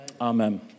Amen